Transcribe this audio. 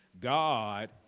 God